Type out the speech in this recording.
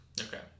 Okay